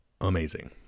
amazing